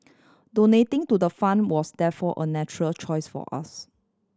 donating to the fund was therefore a natural choice for us